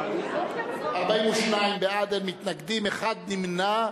42 בעד, אין מתנגדים, אחד נמנע.